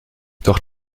doch